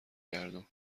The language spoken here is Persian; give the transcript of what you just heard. گردون